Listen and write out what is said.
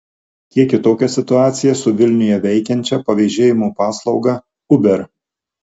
kiek kitokia situacija su vilniuje veikiančia pavežėjimo paslauga uber